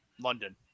London